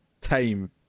time